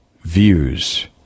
views